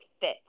fit